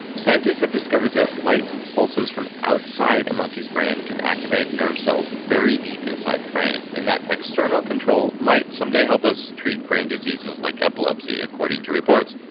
scientists have discovered that light pulses from outside a monkey's brain can activate nerve cells very deep inside the brain, and that external control might someday help us treat brain diseases like epilepsy, according to reports.